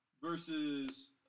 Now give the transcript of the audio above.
versus